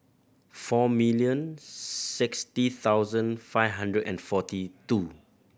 four million sixty thousand five hundred and forty two